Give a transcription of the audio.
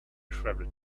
travel